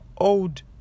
owed